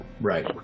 Right